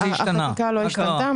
החקיקה לא השתנתה.